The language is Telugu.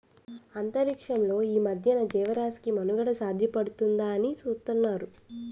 అంతరిక్షంలో ఈ మధ్యన జీవరాశి మనుగడకు సాధ్యపడుతుందాని చూతున్నారు